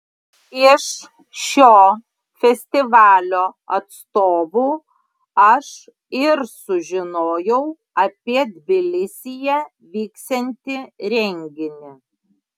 iš šio festivalio atstovų aš ir sužinojau apie tbilisyje vyksiantį renginį